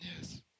Yes